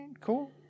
cool